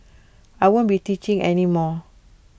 I won't be teaching any more